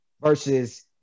versus